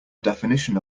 definition